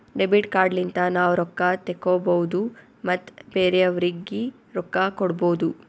debit card ಲಿಂತ ನಾವ್ ರೊಕ್ಕಾ ತೆಕ್ಕೋಭೌದು ಮತ್ ಬೇರೆಯವ್ರಿಗಿ ರೊಕ್ಕಾ ಕೊಡ್ಭೌದು